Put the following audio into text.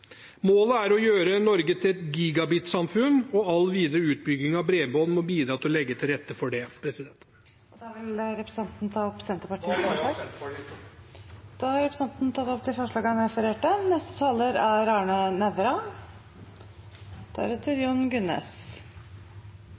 Målet er å gjøre Norge til et gigabit-samfunn, og all videre utbygging av bredbånd må bidra til å legge til rette for det. Jeg tar opp forslaget fra Senterpartiet og forslaget fra Senterpartiet og SV. Representanten Bengt Fasteraune har tatt opp de forslagene han refererte til. Det er